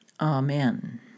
Amen